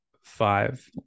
five